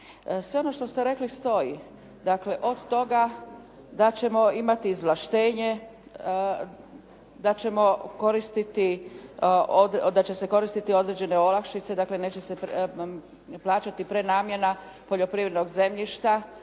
Sve ono što ste rekli stoji, dakle od toga da ćemo imati izvlaštenje, da će se koristiti određene olakšice, neće se plaćati prenamjena poljoprivrednog zemljišta